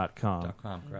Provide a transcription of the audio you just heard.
Dot-com